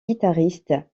guitariste